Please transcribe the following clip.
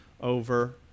over